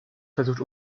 versucht